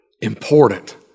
important